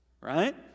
right